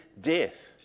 death